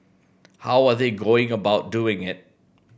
how are they going about doing it